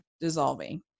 dissolving